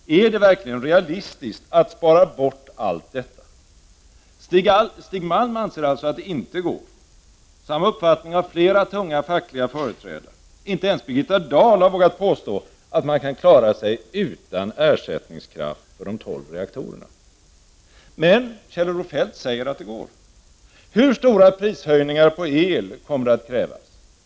Är det verkligen realistiskt att spara bort allt detta? Stig Malm anser alltså att det inte går, och flera tunga fackliga företrädare har samma uppfattning. Inte ens Birgitta Dahl har vågat påstå att man kan klara sig utan ersättningskraft för de tolv reaktorerna. Men Kjell-Olof Feldt säger att det går. Hur stora prishöjningar på el kommer detta att kräva?